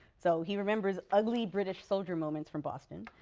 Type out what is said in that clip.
so he remembers ugly-british-soldier moments from boston.